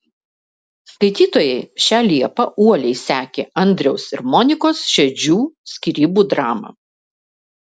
skaitytojai šią liepą uoliai sekė andriaus ir monikos šedžių skyrybų dramą